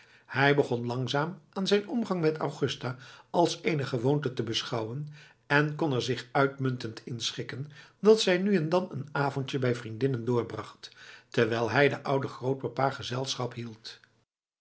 hij begon langzaam aan zijn omgang met augusta als een gewoonte te beschouwen en kon er zich uitmuntend in schikken dat zij nu en dan een avondje bij vriendinnen doorbracht terwijl hij den ouden grootpapa gezelschap hield